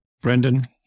Brendan